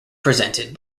presented